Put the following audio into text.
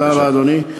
תודה רבה, אדוני.